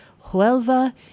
Huelva